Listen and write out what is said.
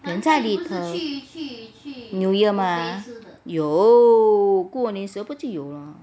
盆菜 new year mah 有过年时不就有吗